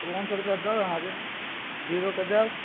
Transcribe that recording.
चौबन सए रुपैआमे दए देब अहाँके हीरोके देब